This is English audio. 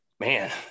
Man